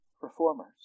reformers